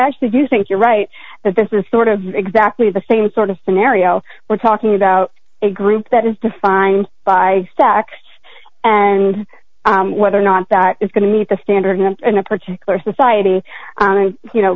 actually do think you're right that this is sort of exactly the same sort of scenario we're talking about a group that is defined by stacks and whether or not that is going to meet the standards in a particular society you know